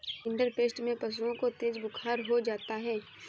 rinderpest में पशुओं को तेज बुखार हो जाता है